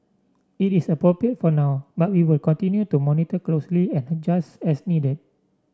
it is appropriate for now but we will continue to monitor closely and adjust as needed